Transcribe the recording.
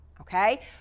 okay